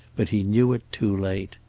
but he knew it too late.